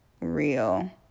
real